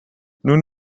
nun